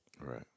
Right